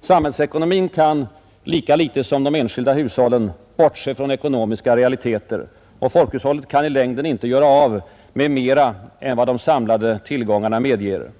Samhäilsekonomin kan lika litet som de enskilda hushållen bortse från ekonomiska realiteter. Folkhushållet kan i längden inte göra av med mera än vad de samlade tillgångarna medger.